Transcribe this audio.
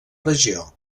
regió